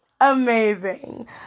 Amazing